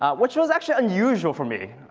which was actually unusual for me.